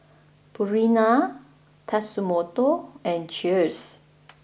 Purina Tatsumoto and Cheers